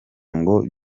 ngo